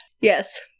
Yes